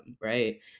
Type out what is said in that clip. right